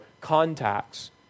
contacts